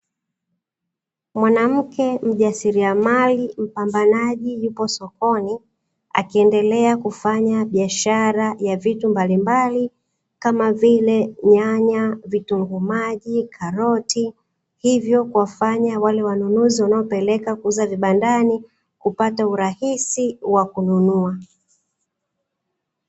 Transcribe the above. Mwanamke mjasiriamali mpambanaji yupo sokoni akiendelea kufanya biashara ya vitu mbalimbali, kama vile nyanya vitunguu maji karoti hivyo kuwafanya wale wanunuzi wanaopeleka kuuza vibandani kupata urahisi wa kununua.